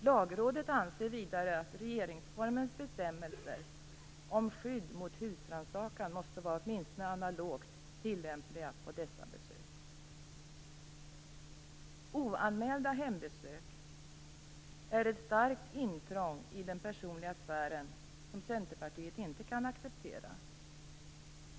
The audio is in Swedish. Lagrådet anser vidare att regeringsformens bestämmelser om skydd mot husrannsakan måste vara åtminstone analogt tillämpliga på dessa besök. Oanmälda hembesök är ett starkt intrång i den personliga sfären som Centerpartiet inte kan acceptera.